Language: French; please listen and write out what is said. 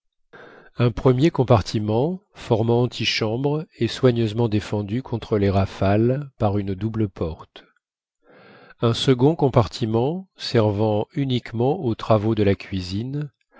un premier compartiment formant antichambre et soigneusement défendu contre les rafales par une double porte un second compartiment servant uniquement aux travaux de la cuisine